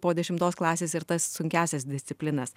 po dešimtos klasės ir tas sunkiąsias disciplinas